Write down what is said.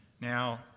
Now